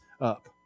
up